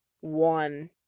one